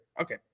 Okay